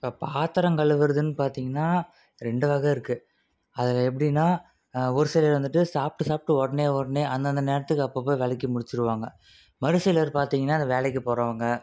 இப்போ பாத்திரம் கழுவுறதுன்னு பார்த்திங்கனா ரெண்டு வகை இருக்குது அதில் எப்படின்னா ஒரு சிலர் வந்துட்டு சாப்பிட்டு சாப்பிட்டு உடனே உடனே அந்தந்த நேரத்துக்கு அப்பப்போ விளக்கி முடிச்சுடுவாங்க மறுசிலர் பார்த்திங்கனா அந்த வேலைக்கு போகிறவங்க